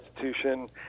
institution